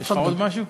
יש לך עוד משהו?